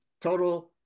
total